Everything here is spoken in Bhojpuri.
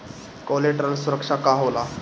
कोलेटरल सुरक्षा का होला?